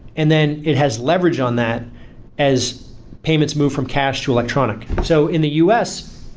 and then it has leverage on that as payments move from cash to electronic so in the us,